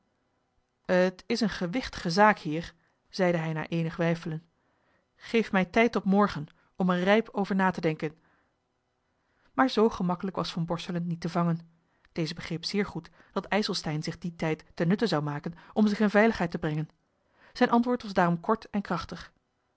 t is eene gewichtige zaak heer zeide hij na eenig weifelen geef mij tijd tot morgen om er rijp over na te denken maar zoo gemakkelijk was van borselen niet te vangen deze begreep zeer goed dat ijselstein zich dien tijd ten nutte zou maken om zich in veiligheid te brengen zijn antwoord was daarom kort en krachtig